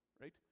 right